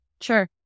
Sure